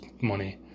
money